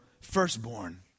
firstborn